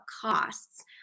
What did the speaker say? costs